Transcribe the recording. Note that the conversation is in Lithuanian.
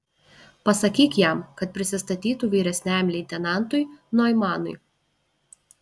pasakyk jam kad prisistatytų vyresniajam leitenantui noimanui